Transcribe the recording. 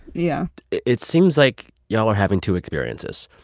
yeah it seems like y'all were having two experiences.